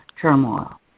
turmoil